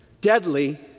deadly